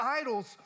idols